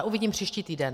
Uvidím příští týden.